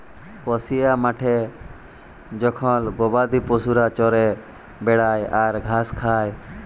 কসিয়া মাঠে জখল গবাদি পশুরা চরে বেড়ায় আর ঘাস খায়